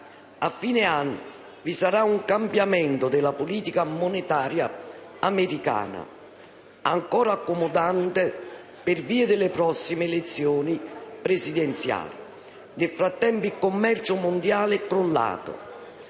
A fine anno vi sarà un cambiamento della politica monetaria americana, ancora accomodante per via delle prossime elezioni presidenziali. Nel frattempo, il commercio mondiale è crollato.